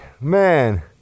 man